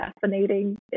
fascinating